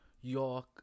York